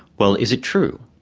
well, is it true?